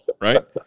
right